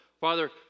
Father